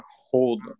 hold